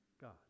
God